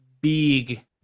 big